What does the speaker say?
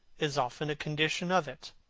is often a condition of it.